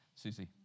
Susie